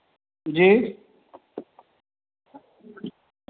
जी